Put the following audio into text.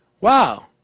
wow